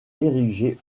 érigée